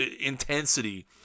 intensity